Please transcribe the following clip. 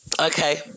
Okay